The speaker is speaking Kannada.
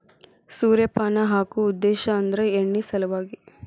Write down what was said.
ಸೂರ್ಯಪಾನ ಹಾಕು ಉದ್ದೇಶ ಅಂದ್ರ ಎಣ್ಣಿ ಸಲವಾಗಿ